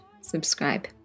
subscribe